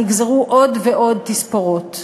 נגזרו עוד ועוד תספורות.